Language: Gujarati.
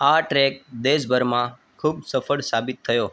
આ ટ્રૅક દેશભરમાં ખૂબ સફળ સાબિત થયો